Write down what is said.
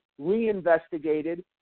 reinvestigated